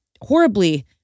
horribly